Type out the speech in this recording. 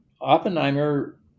Oppenheimer